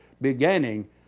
beginning